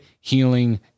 healing